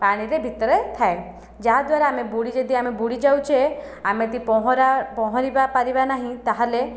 ପାଣିରେ ଭିତରେ ଥାଏ ଯାହା ଦ୍ୱାରା ଆମେ ବୁଡ଼ି ଯଦି ଆମେ ବୁଡ଼ି ଯାଉଛେ ଆମେ ଯଦି ପହଁରା ପହଁରିବା ପାରିବା ନାହିଁ ତାହେଲେ